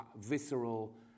visceral